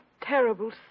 terrible